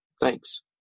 Thanks